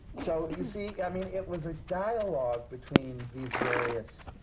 so you see, i mean, it was a dialogue between these various